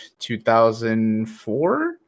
2004